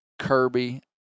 Kirby